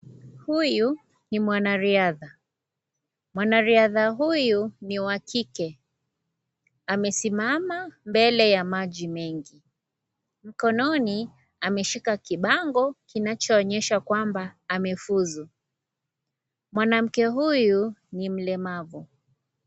Huyu ni mwanarihadha, mwanarihadha huyu ni wa kike, amesimama mbele ya maji mengi, mkononi ameshika kibango kinachoonyesha kwamba amefuzu, mwanamke huyu ni mlemavu.